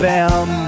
Bam